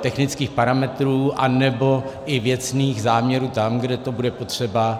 technických parametrů anebo i věcných záměrů tam, kde to bude potřeba.